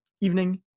evening